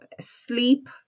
sleep